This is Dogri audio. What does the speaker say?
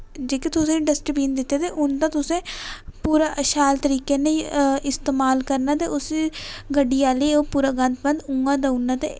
जेह्के तुसेंगी डस्टबिन दित्ते दे उंदा तुसे पुरा शैल तरीके कन्नै इस्तेमाल करना ते उस्सी गड्डी आह्ले उस्सी पुरा गंद बंद उ'आ देई उड़ना ते